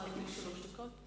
לרשותך שלוש דקות.